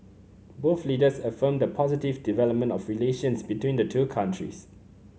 both leaders affirmed the positive development of relations between the two countries